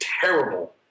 terrible